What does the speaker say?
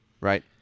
Right